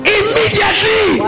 immediately